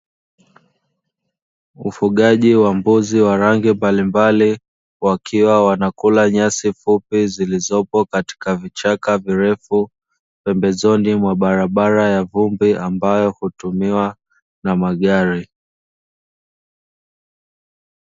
Ufugaji wa mbuzi wa rangi mbalimbali wakiwa wanakula nyasi fupi zilizoko katika vichaka virefu, pembezoni mwa barabara ya vumbi ambayo hutumiwa na magari.